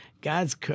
God's—